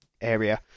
area